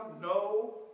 No